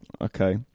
Okay